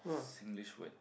Singlish word